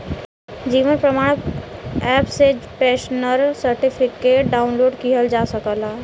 जीवन प्रमाण एप से pensioner certificate download किहल जा सकला